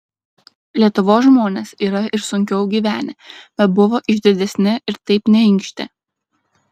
lietuvos žmonės yra ir sunkiau gyvenę bet buvo išdidesni ir taip neinkštė